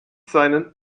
seinen